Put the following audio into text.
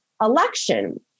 election